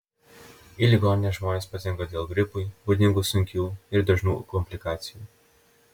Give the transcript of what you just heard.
į ligoninę žmonės patenka dėl gripui būdingų sunkių ir dažnų komplikacijų